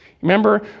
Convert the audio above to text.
Remember